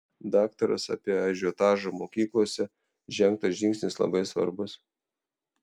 daktaras apie ažiotažą mokyklose žengtas žingsnis labai svarbus